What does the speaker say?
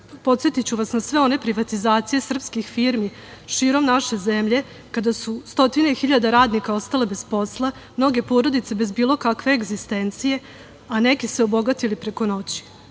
podsetiću vas na sve one privatizacije srpskih firmi širom naše zemlje kada su stotine hiljade radnika ostali bez posla, mnoge porodice bez bilo kakve egzistencije, a neki se obogatili preko noći.